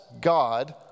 God